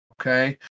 Okay